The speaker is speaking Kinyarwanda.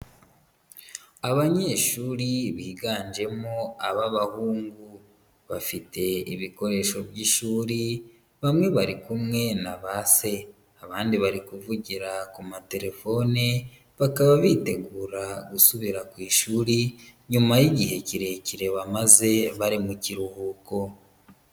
Abanyeshuri biganjemo ab'abahungu. Bafite ibikoresho by'ishuri, bamwe bari kumwe na ba se. Abandi bari kuvugira ku materefone, bakaba bitegura gusubira ku ishuri nyuma y'igihe kirekire bamaze bari mu kiruhuko.